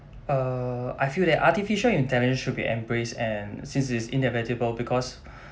uh I feel that artificial intelligence should be embraced and since it's inevitable because